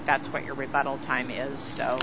that's what your rebuttal time is